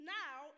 now